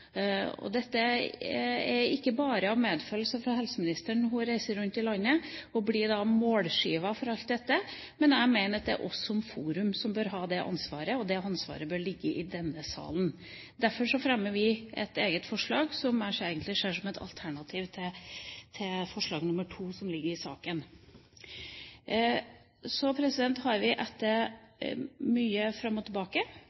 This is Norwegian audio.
ta. Dette er ikke bare av medfølelse for helseministeren, som blir målskive for alt dette når hun reiser rundt i landet, men jeg mener at det er vi som forum som bør ha dette ansvaret, og ansvaret bør ligge i denne salen. Derfor fremmer vi et eget forslag, som jeg egentlig ser som et alternativ til forslag nr. 2, som ligger i saken. Så har vi i Venstre – etter mye fram og tilbake